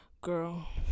girl